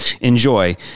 enjoy